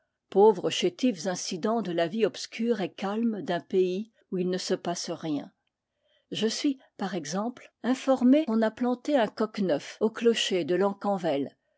pauvres chétifs incidents de la vie obscure et calme d'un pays où il ne se passe rien je suis par exemple informé qu'on a planté un coq neuf au clocher de locquenvel